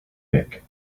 mick